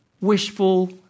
wishful